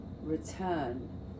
return